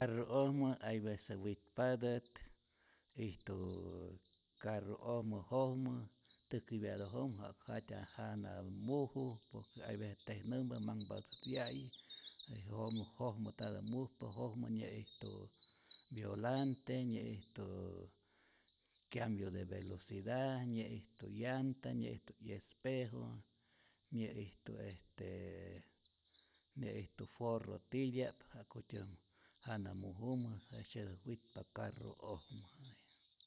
Carru'ojmä hay vece witpatät, ijtu carru'ojmä jojmä täjkäpyatä jojmä ja'ku jatya janatä muju, por que hay vece tejnämpa, manhpatät ya'yij, je jojmä jojmä ntatä mujpa, jojmä nyä'ijtu vyolante, nyä'ijtu kyambio de velocidad, nyä'ijtu llanta, nyä'ijtu 'yespejo, nyä'ijtu este nyä'ijtu forro titya'p ja'kutyä jana mujumä, jejtzyetät witpa carru'ojmä.